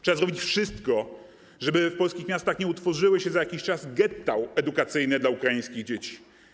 Trzeba zrobić wszystko, żeby w polskich miastach nie utworzyły się za jakiś czas getta edukacyjne dla ukraińskich dzieci.